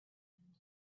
man